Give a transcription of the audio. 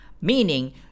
Meaning